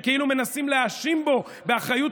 שכאילו מנסים להאשים בו באחריות